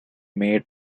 made